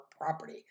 property